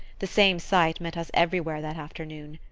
the same sight met us everywhere that afternoon.